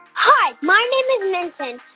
hi, my name is minton,